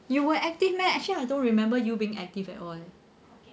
you were active meh actually I don't remember you being active at all leh